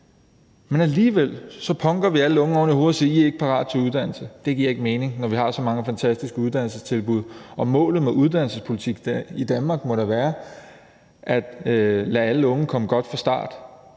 Alligevel punker vi alle unge oven i hovedet og siger: I er ikke parate til uddannelse. Det giver ikke mening, når vi har så mange fantastiske uddannelsestilbud, og målet med uddannelsespolitikken i Danmark må da være at lade alle unge komme godt fra start.